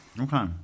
Okay